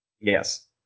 Yes